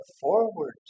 forward